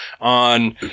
on